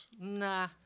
Nah